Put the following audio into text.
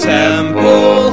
temple